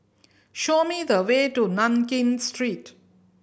show me the way to Nankin Street